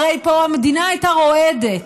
הרי המדינה הייתה רועדת.